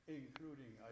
including